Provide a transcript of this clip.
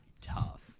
Tough